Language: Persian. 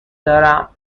دارم